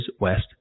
West